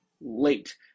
late